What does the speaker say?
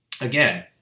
Again